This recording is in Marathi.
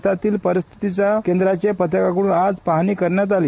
शेतीतील परिस्थितीची केंद्राच्या पथकाकडून पाहणी करण्यात आली